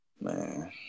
Man